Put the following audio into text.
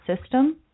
system